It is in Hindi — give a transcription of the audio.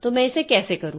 तो मैं इसे कैसे करूं